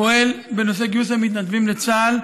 פועל בנושא גיוס המתנדבים לצה"ל.